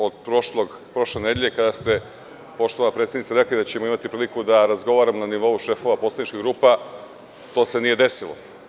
Od prošle nedelje, kada ste, poštovana predsednice, rekli da ćemo imati priliku da razgovaramo na nivou šefova poslaničkih grupa, to se nije desilo.